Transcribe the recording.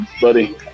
buddy